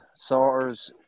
SARS